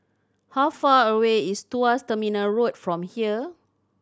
how far away is Tuas Terminal Road from here